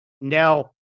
Now